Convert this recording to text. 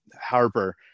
Harper